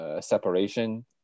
separation